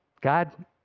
God